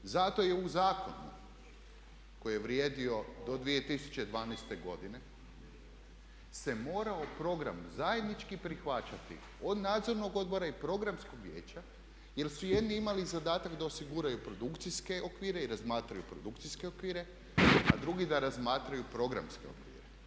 Zato je u zakonu koji je vrijedio do 2012. se morao program zajednički prihvaćati od Nadzornog odbora i programskog vijeća jer su jedni imali zadatak da osiguraju produkcijske okvire i razmatraju produkcijske okvire a drugi da razmatraju programske okvire.